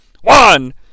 One